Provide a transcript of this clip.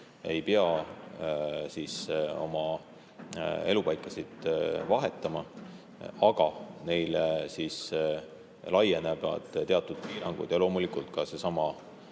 ei pea oma elupaikasid vahetama, aga neile laienevad teatud piirangud, ja loomulikult ka seesama